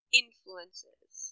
influences